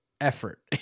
effort